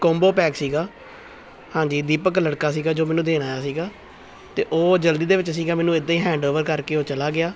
combo pack ਸੀਗਾ ਹਾਂਜੀ ਦੀਪਕ ਲੜਕਾ ਸੀਗਾ ਜੋ ਮੈਨੂੰ ਦੇਣ ਆਇਆ ਸੀਗਾ ਅਤੇ ਉਹ ਜਲਦੀ ਦੇ ਵਿੱਚ ਸੀਗਾ ਮੈਨੂੰ ਇੱਦਾਂ ਹੀ ਹੈਂਡਓਵਰ ਕਰਕੇ ਉਹ ਚਲਾ ਗਿਆ